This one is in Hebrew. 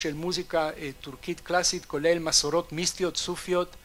של מוזיקה טורקית קלאסית כולל מסורות מיסטיות סופיות